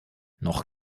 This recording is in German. noch